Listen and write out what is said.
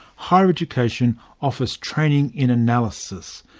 higher education offers training in analysis.